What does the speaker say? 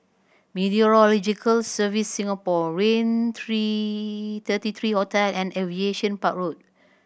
Meteorological Service Singapore Raintr Thirty three Hotel and Aviation Park Road